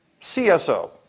CSO